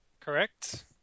correct